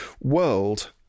world